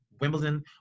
Wimbledon